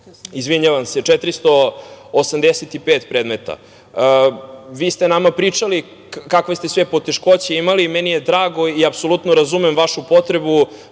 rešili 485 predmeta. Vi ste nama pričali kakve ste sve poteškoće imali i meni je drago i apsolutno razumem vašu potrebu